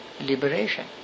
liberation